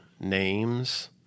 names